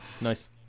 Nice